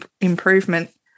improvement